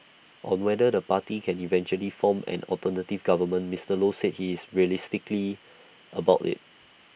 on whether the party can eventually form an alternative government Mister low said he is realistically about IT